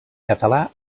català